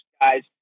guys